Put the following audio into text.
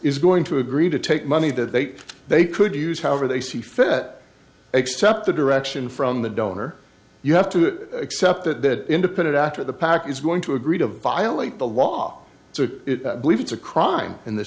is going to agree to take money that they they could use however they see fit except the direction from the donor you have to accept that independent after the pack is going to agree to violate the law to believe it's a crime in the